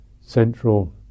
central